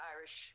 Irish